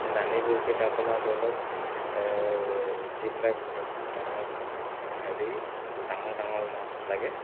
এই লানি বৰশীত আপোনাৰ ধৰি লওক যিবিলাক মানে হেৰি ডাঙৰ ডাঙৰ মাছ লাগে